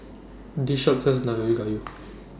This Shop sells Nanakusa Gayu